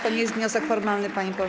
To nie jest wniosek formalny, panie pośle.